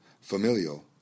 familial